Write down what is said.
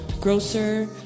grocer